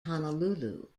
honolulu